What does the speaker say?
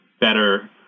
better